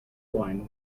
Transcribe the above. wine